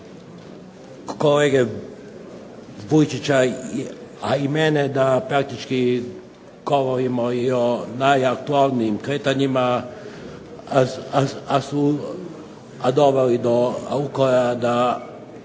kolege Vujčića, a i mene da praktički govorimo i o najaktualnijim kretanjima su doveli do toga da